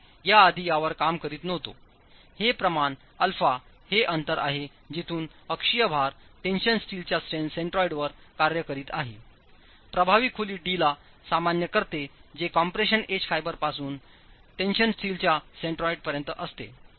आम्ही याआधी यावर काम करीत नव्हतोहे प्रमाणα हे अंतर आहे जिथून अक्षीय भार टेंशनस्टीलच्यासेंट्रॉइडवर कार्य करीतआहे प्रभावी खोली d ला सामान्य करते जे कॉम्प्रेशन एज फायबरपासूनटेंशन स्टीलच्या सेंट्रोइडपर्यंत असते